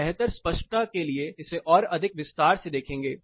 हम बेहतर स्पष्टता के लिए इसे और अधिक विस्तार से देखेंगे